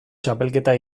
txapelketa